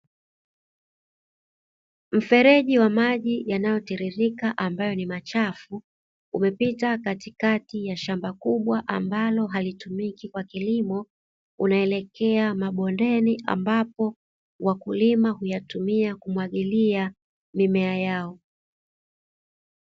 Mfereji wa maji yanayotiririka ambayo ni machafu umepita katika ya shamba kubwa ambalo halitumiki kwa kilimo, unaelekea mabondeni ambapo wakulima huyatumia kumwagilia mimea yao.